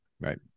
Right